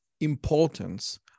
importance